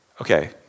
Okay